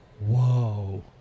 Whoa